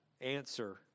answer